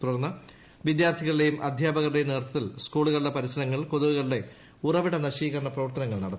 തുടർന്ന് വിദ്യാർത്ഥികളുടേയും അദ്ധ്യാപകരുടെയും നേതൃത്വത്തിൽ സ്കൂളുകളുടെ പരിസരങ്ങളിൽ കൊതുകുകളുടെ ഉറവിട നശീകരണ പ്രവർത്തനങ്ങൾ നടത്തി